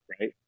right